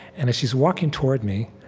and as she's walking toward me,